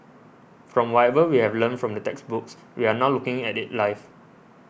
from whatever we've learnt from the textbooks we're now looking at it live